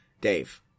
Dave